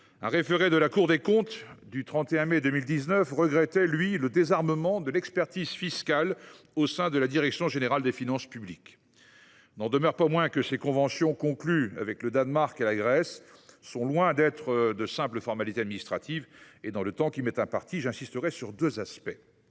31 mai 2019, la Cour des comptes regrettait le désarmement de l’expertise fiscale au sein de la direction générale des finances publiques. Il n’en demeure pas moins que ces conventions conclues avec le Danemark et la Grèce sont loin d’être de simples formalités administratives. Dans le temps qui m’est imparti, j’insisterai sur deux aspects.